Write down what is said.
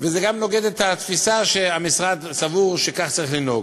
זה גם נוגד את התפיסה שהמשרד סבור שכך צריך לנהוג.